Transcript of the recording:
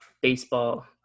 baseball